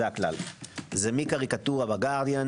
מקריקטורה בגרדיאן